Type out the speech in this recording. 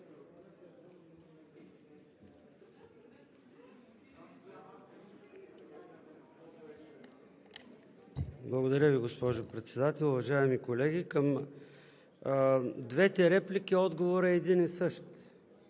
Благодаря Ви, госпожо Председател. Уважаеми колеги, към двете реплики отговорът е един и същ.